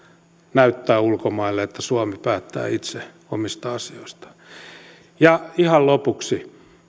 näyttää ulkomaille että suomi päättää itse omista asioistaan ihan lopuksi